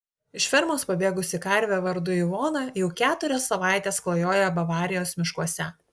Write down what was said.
iš fermos pabėgusi karvė vardu ivona jau keturias savaites klajoja bavarijos miškuose